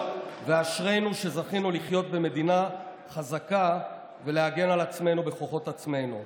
ואשרינו שזכינו לחיות במדינה חזקה ולהגן על עצמנו בכוחות עצמנו.